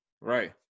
Right